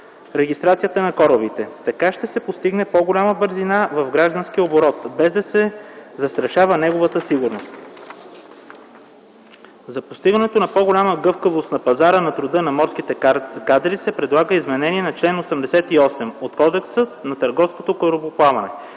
регистрацията на корабите. Така ще се постигне по-голяма бързина в гражданския оборот, без да се застрашава неговата сигурност. За постигането на по-голяма гъвкавост на пазара на труда на морските кадри се предлага изменение на чл. 88 от Кодекса на търговското корабоплаване,